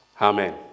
Amen